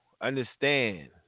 understand